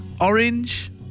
orange